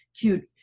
cute